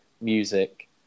music